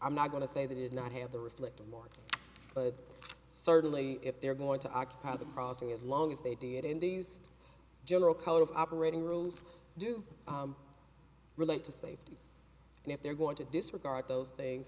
i'm not going to say they did not have the reflective more but certainly if they're going to occupy the crossing as long as they did in these general color of operating rules do relate to safety and if they're going to disregard those things